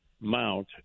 mount